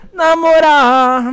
namorar